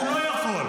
הוא לא יכול.